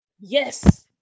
Yes